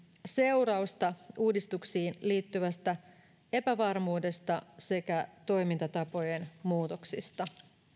seurausta uudistuksiin liittyvästä epävarmuudesta sekä toimintatapojen muutoksista